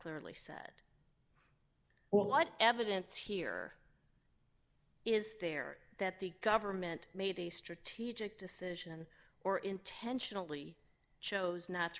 clearly said well what evidence here is there that the government made a strategic decision or intentionally chose not